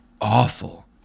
awful